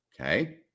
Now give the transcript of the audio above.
okay